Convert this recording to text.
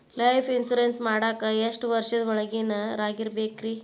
Life insurance ಮಾಡಾಕ ಎಷ್ಟು ವರ್ಷದ ಒಳಗಿನವರಾಗಿರಬೇಕ್ರಿ?